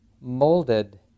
molded